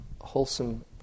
wholesome